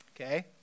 okay